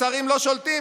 השרים לא שולטים.